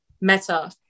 Meta